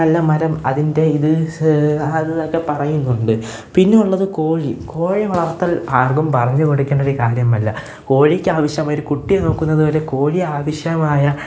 നല്ല മരം അതിന്റെയിത് അതിതെന്നൊക്കെ പറയുന്നുണ്ട് പിന്നെയുള്ളത് കോഴി വളർത്തൽ ആർക്കും പറഞ്ഞ് കൊടുക്കണ്ട ഒരു കാര്യമല്ല കോഴിക്കാവശ്യമായ ഒരു കുട്ടിയെ നോക്കുന്നതുപോലെ കോഴിയെ ആവശ്യമായ